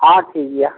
ᱦᱚᱸ ᱴᱷᱤᱠ ᱜᱮᱭᱟ